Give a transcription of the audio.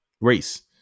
race